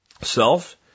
self